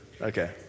Okay